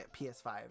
PS5